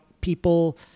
people